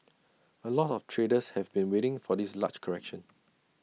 A lot of traders have been waiting for this large correction